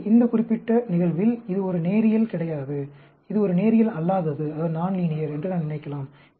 எனவே இந்த குறிப்பிட்ட நிகழ்வில் இது ஒரு நேரியல் கிடையாது இது ஒரு நேரியல் அல்லாதது என்று நான் நினைக்கலாம்